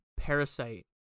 Parasite